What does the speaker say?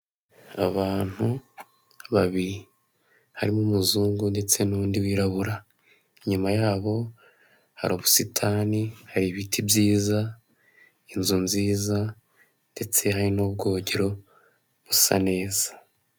Abantu babiri harimo umuzungu ndetse n'undi wirabura, inyuma yabo hari ubusitani hari ibiti byiza inzu nziza, ndetse hari n'ubwogero busa neza.